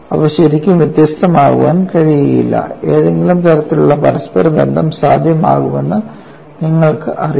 അവ ശരിക്കും വ്യത്യസ്തമാകാൻ കഴിയില്ല ഏതെങ്കിലും തരത്തിലുള്ള പരസ്പര ബന്ധം സാധ്യമാകുമെന്ന് നിങ്ങൾക്കറിയാം